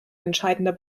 entscheidender